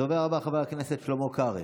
הדובר הבא, חבר הכנסת שלמה קרעי,